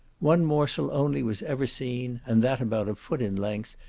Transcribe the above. one morsel only was ever seen, and that about a foot in length,